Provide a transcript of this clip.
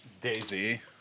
Daisy